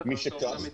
משכך,